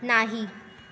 नाही